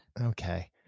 Okay